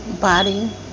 body